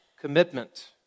commitment